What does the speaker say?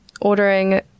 ordering